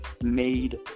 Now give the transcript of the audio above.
made